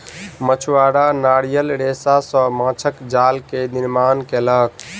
मछुआरा नारियल रेशा सॅ माँछक जाल के निर्माण केलक